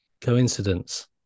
coincidence